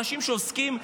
אנשים שעוסקים,